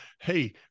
Hey